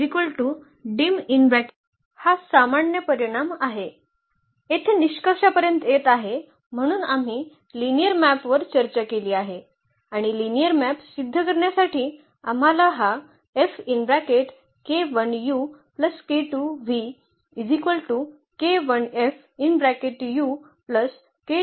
येथे निष्कर्षापर्यंत येत आहे म्हणून आम्ही लिनिअर मॅपवर चर्चा केली आहे आणि लिनिअर मॅप सिद्ध करण्यासाठी आम्हाला हा लागू करणे आवश्यक आहे